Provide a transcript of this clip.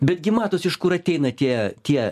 betgi matosi iš kur ateina tie tie